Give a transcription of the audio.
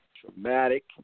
Traumatic